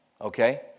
Okay